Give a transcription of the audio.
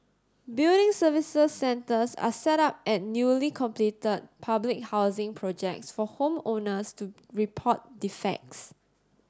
building services centres are set up at newly completed public housing projects for home owners to report defects